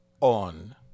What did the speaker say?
on